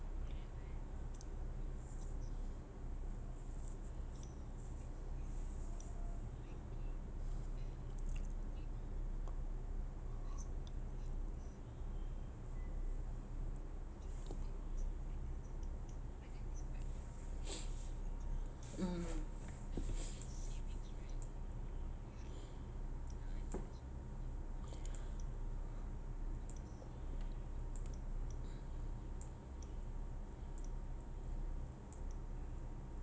mm